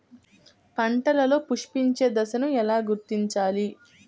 పంటలలో పుష్పించే దశను ఎలా గుర్తించాలి?